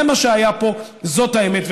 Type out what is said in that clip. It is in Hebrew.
זה מה שהיה פה, זאת האמת.